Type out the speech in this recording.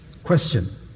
Question